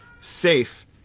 safe